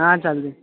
हां चालतं आहे